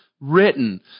written